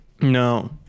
no